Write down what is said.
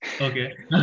okay